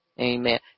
Amen